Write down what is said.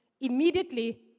Immediately